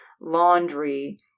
laundry